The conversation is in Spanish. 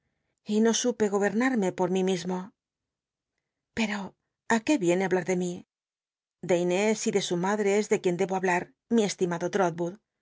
y no supe gobernarme por mí mismo pcro á qué viene hablar de mí de inés y de su madre es de qu ien debo hablar mi estimado